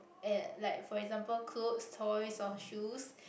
and like for example clothes toys or shoes